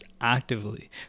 actively